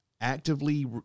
actively